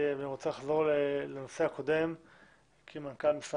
אני רוצה לחזור לנושא הקודם כי מנכ"ל משרד